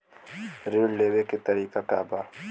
ऋण लेवे के तरीका का बा?